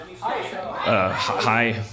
Hi